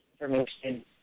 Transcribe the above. information